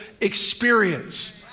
experience